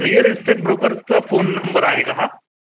real estate ब्रोकरचा phone number आहे का हा